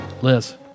Liz